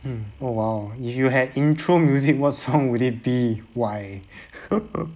hmm oh !wow! if you had intro music what song will it be why